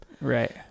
Right